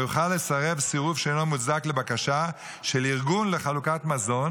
לא יוכל לסרב סירוב שאינו מוצדק לבקשה של ארגון לחלוקת מזון